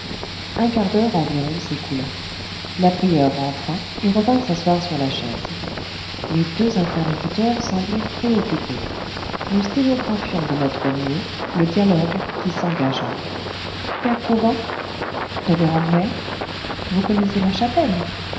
un quart d'heure environ s'écoula la prieure rentra et revint s'asseoir sur la chaise les deux interlocuteurs semblaient préoccupés nous sténographions de notre mieux le dialogue qui s'engagea père fauvent révérende mère vous connaissez la chapelle